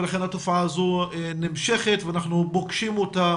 ולכן התופעה הזו נמשכת ואנחנו פוגשים אותה